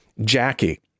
Jackie